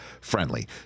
friendly